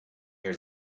your